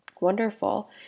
wonderful